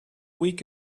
week